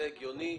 זה הגיוני.